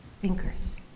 thinkers